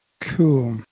Cool